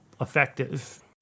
effective